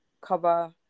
cover